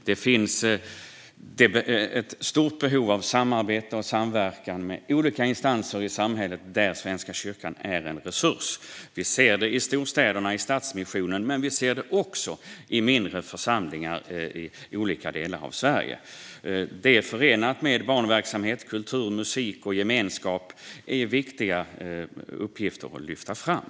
Det finns stort behov av samarbete och samverkan med olika instanser i samhället där Svenska kyrkan är en resurs. Det ser vi i storstäderna, med stadsmissionerna, men vi ser det också i mindre församlingar i olika delar av Sverige. Det är tillsammans med barnverksamhet, kultur, musik och gemenskap viktiga uppgifter att lyfta fram.